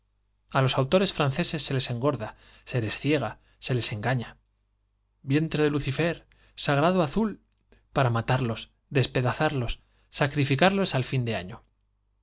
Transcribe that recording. a los autores cos como el ganso y el franceses se les engorda se les ciega se les engaña i vientre de lucifer i sagrado azul para matarlos despedazarlos sacrificarlos al fin del año